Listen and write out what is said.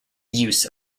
use